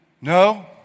no